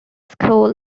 school